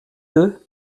deux